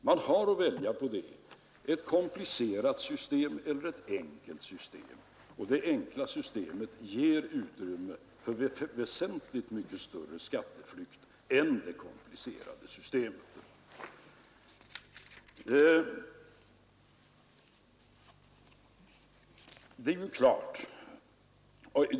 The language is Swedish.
Man har att välja mellan ett komplicerat system och ett enkelt system. Det enkla systemet ger utrymme för väsentligt mycket större skatteflykt än det komplicerade systemet.